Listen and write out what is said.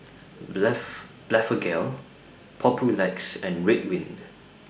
Blephagel Papulex and Ridwind